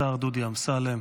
השר דודי אמסלם,